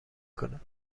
کنم